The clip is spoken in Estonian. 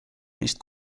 neist